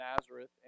Nazareth